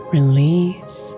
Release